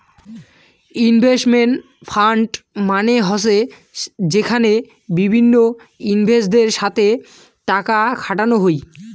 investment fund মানে হসে যেখানে বিভিন্ন ইনভেস্টরদের সাথে টাকা খাটানো হই